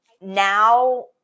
now